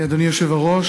אדוני היושב-ראש,